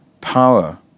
power